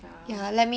ya